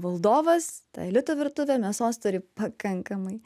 valdovas ta elito virtuvė mėsos turi pakankamai